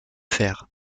fer